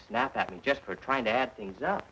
snap at me just for trying to add things up